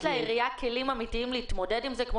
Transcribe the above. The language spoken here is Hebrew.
לעירייה יש כלים אמיתיים להתמודד עם זה כמו